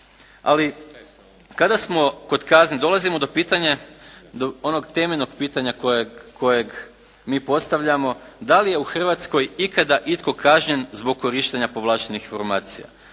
Ali kada smo kazne, dolazimo do onog temeljnog pitanja kojeg mi postavljamo, da li je u Hrvatskoj ikada itko kažnjen zbog korištenja povlaštenih informacija?